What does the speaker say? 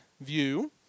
view